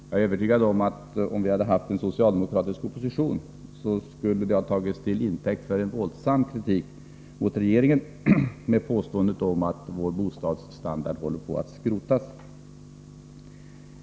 Jag är övertygad om att om vi hade haft en socialdemokratisk opposition, skulle uppgifterna ha tagits till intäkt för en våldsam kritik mot regeringen med påståendet att vår bostadsstandard håller på att skrotas.